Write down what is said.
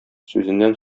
сүзеннән